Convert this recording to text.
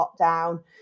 lockdown